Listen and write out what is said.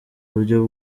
buryo